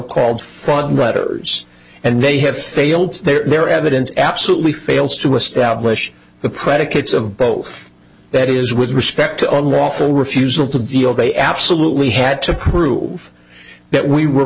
called fraud letters and they have failed their evidence absolutely fails to establish the predicates of both that is with respect to unlawful refusal to deal they absolutely had to prove that we